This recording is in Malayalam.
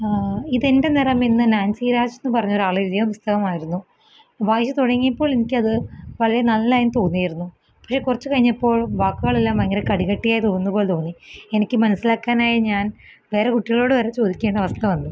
ഇതിന്റെ നിറമെന്ന് നാന്സി രാജ് എന്ന് പറഞ്ഞ ഒരാൾ എഴുതിയ പുസ്തകമായിരുന്നു വായിച്ചു തുടങ്ങിയപ്പോള് എനിക്ക് അത് വളരെ നല്ലതായി തോന്നിയിരുന്നു പക്ഷെ കുറച്ച് കഴിഞ്ഞപ്പോൾ വാക്കുകളെല്ലാം ഭയങ്കര കടുകട്ടിയായി തോന്നുന്ന പോലെ തോന്നി എനിക്ക് മനസ്സിലാക്കാനായി ഞാന് വേറെ കുട്ടികളോട് വരെ ചോദിക്കേണ്ട അവസ്ഥ വന്നൂ